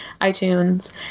iTunes